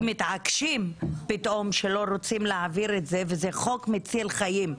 כי מתעקשים פתאום שלא רוצים להעביר את זה וזה חוק מציל חיים.